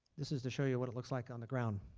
this is to show you what it looks like on the ground.